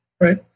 right